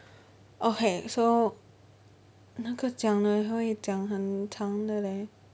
okay so 那个讲了会讲很长的 leh